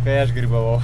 kai aš grybavau